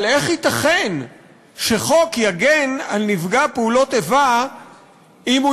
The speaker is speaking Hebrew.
אבל איך ייתכן שחוק יגן על נפגע פעולות איבה אם הוא